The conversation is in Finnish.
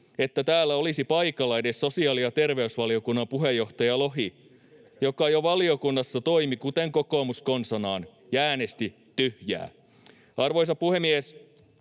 että täällä olisi paikalla edes sosiaali‑ ja terveysvaliokunnan puheenjohtaja Lohi, joka jo valiokunnassa toimi kuten kokoomus konsanaan ja äänesti tyhjää. Arvoisa puhemies!